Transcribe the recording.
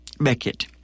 Beckett